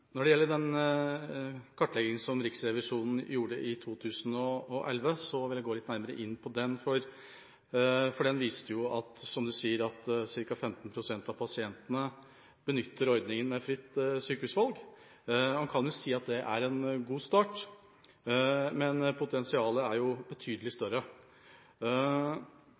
Når det gjelder den kartleggingen som Riksrevisjonen gjorde i 2011, vil jeg gå litt nærmere inn på den, for den viste – som du sier – at ca. 15 pst. av pasientene benytter ordningen med fritt sykehusvalg. Man kan si at det er en god start, men potensialet er jo betydelig større.